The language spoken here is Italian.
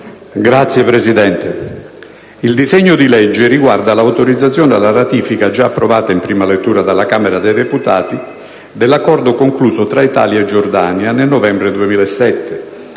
Signora Presidente, il disegno di legge reca l'autorizzazione alla ratifica, già approvata in prima lettura dalla Camera dei deputati, dell'Accordo concluso tra Italia e Giordania nel novembre 2007,